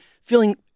feeling